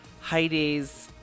Heidi's